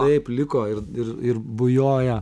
taip liko ir ir ir bujoja